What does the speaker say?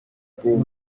pour